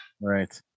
Right